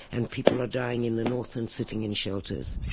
and people are dying in the north and sitting in shelters,